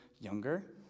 younger